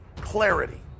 clarity